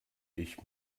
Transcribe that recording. ich